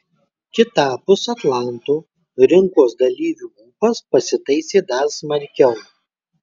kitapus atlanto rinkos dalyvių ūpas pasitaisė dar smarkiau